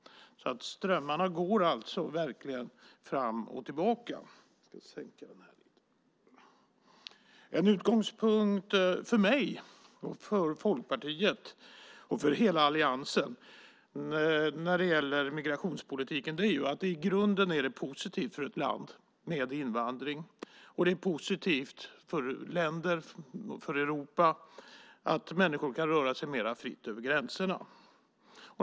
Strömmarna går verkligen fram och tillbaka. En utgångspunkt för mig, Folkpartiet och hela alliansen när det gäller migrationspolitiken är att det i grunden är positivt för ett land med invandring. Det är positivt för länder och för Europa att människor kan röra sig mer fritt över gränserna.